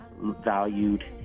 valued